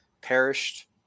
perished